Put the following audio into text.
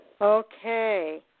Okay